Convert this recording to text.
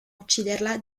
ucciderla